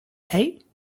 hey